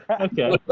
Okay